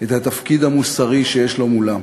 את התפקיד המוסרי שיש לו מולם.